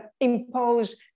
impose